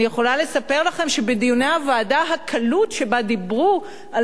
אני יכולה לספר לכם שבדיוני הוועדה הקלות שבה דיברו על